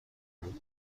بود